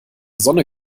sonne